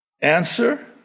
Answer